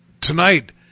tonight